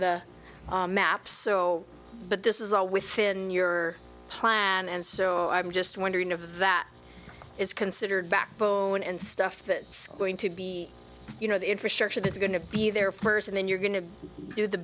the map so but this is all within your plan and so i'm just wondering if that is considered backbone and stuff that screen to be you know the infrastructure that's going to be there first and then you're going to do the